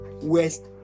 west